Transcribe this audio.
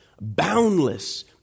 boundless